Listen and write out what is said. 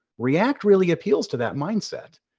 react really appeals to that mindset.